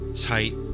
tight